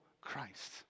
Christ